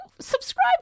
subscribe